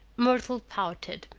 myrtle pouted.